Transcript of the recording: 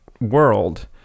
world